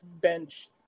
bench